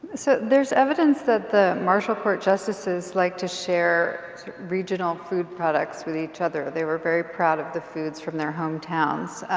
so there's evidence that the marshall court justices like to share regional food products with each other. they were very proud of the foods from their home towns.